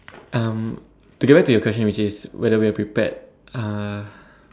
um to get back to your question which is whether we are prepared uh